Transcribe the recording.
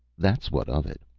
that's what of it.